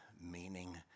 meaning